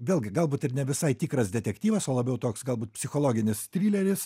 vėlgi galbūt ir ne visai tikras detektyvas o labiau toks galbūt psichologinis trileris